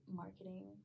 marketing